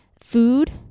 food